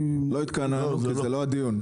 לא התכוננו, כי זה לא הדיון.